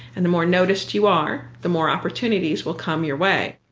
and the more noticed you are, the more opportunities will come your way,